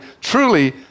truly